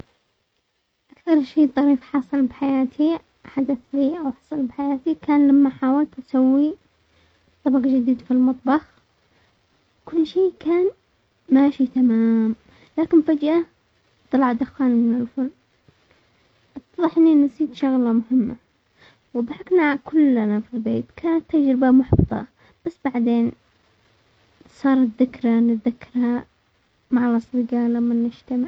اكثر شئ ظريف حصل بحياتي حدث بي او حصل بحياتي كان لما حاولت اسوي طبق جديد في المطبخ، كل شي كان ماشي تمام، لكن فجأة طلع الدخان من الفرن اتضح لي نسيت شغلة مهمة، وضحكنا كلنا في البيت كانت تجربة محبطة، بس بعدين صارت ذكرى نتذكرها مع اصدقاء لما نجتمع.